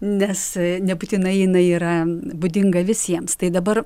nes nebūtinai jinai yra būdinga visiems tai dabar